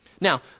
Now